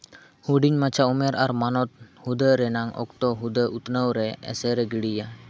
ᱦᱩᱰᱤᱧ ᱢᱟᱪᱷᱟ ᱩᱢᱮᱹᱨ ᱟᱨ ᱢᱟᱱᱚᱛ ᱦᱩᱫᱟᱹ ᱨᱮᱱᱟᱜ ᱚᱠᱛᱚ ᱦᱩᱫᱟᱹ ᱩᱛᱱᱟᱹᱣ ᱨᱮ ᱮᱥᱮᱨᱮ ᱜᱤᱰᱤᱭᱟ